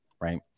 Right